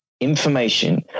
information